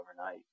overnight